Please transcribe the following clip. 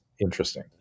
interesting